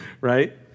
right